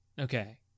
Okay